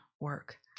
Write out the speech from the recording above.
work